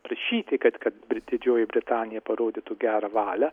prašyti kad kad brit didžioji britanija parodytų gerą valią